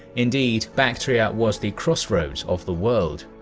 indeed bactria was the crossroads of the world.